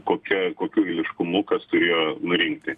kokia kokiu eiliškumu kas turėjo nurinkti